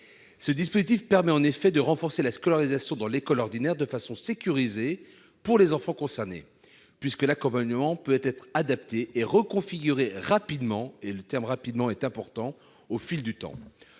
Ce dispositif permet en effet de renforcer la scolarisation dans l'école ordinaire de façon sécurisée pour les enfants concernés, puisque l'accompagnement peut être adapté et reconfiguré rapidement au fil du temps.